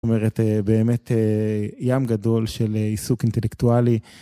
זאת אומרת באמת ים גדול של עיסוק אינטלקטואלי.